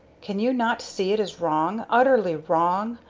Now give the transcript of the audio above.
can you not see it is wrong, utterly wrong,